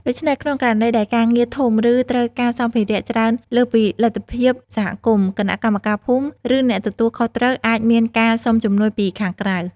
ដូច្នេះ ក្នុងករណីដែលការងារធំ ឬត្រូវការសម្ភារៈច្រើនលើសពីលទ្ធភាពសហគមន៍ គណៈកម្មការភូមិ ឬអ្នកទទួលខុសត្រូវ អាចមានការសុំជំនួយពីខាងក្រៅ។